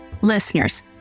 Listeners